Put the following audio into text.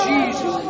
Jesus